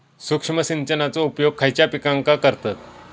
सूक्ष्म सिंचनाचो उपयोग खयच्या पिकांका करतत?